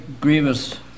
grievous